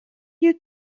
you